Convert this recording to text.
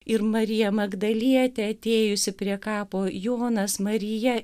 ir marija magdalietė atėjusi prie kapo jonas marija